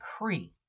Kree